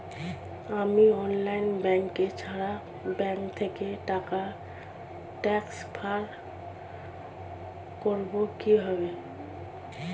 আমি online banking ছাড়া bank থেকে টাকা ট্রান্সফার করবো কিভাবে?